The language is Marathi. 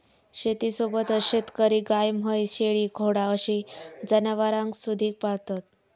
शेतीसोबतच शेतकरी गाय, म्हैस, शेळी, घोडा अशी जनावरांसुधिक पाळतत